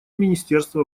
министерству